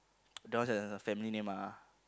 that one's her family name ah